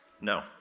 No